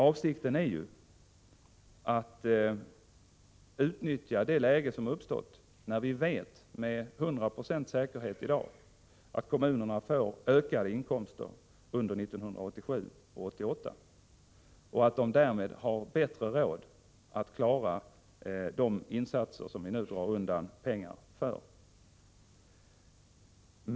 Avsikten är ju att utnyttja det läge som uppstått — vi vet i dag med 100 96 säkerhet att kommunerna får ökade inkomster under 1987 och 1988. Därmed har de goda förutsättningar att kompensera de neddragningar staten nu gör.